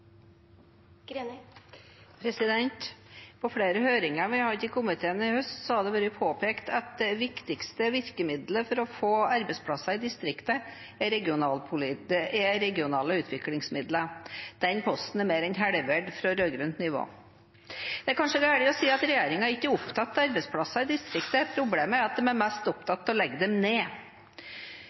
vi har hatt i komiteen i høst, har det vært påpekt at det viktigste virkemiddelet for å få arbeidsplasser i distriktet er regionale utviklingsmidler. Den posten er mer enn halvert fra rød-grønt nivå. Det er kanskje galt å si at regjeringen ikke er opptatt av arbeidsplasser i distriktet, problemet er at de er mest opptatt av å legge dem ned.